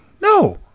No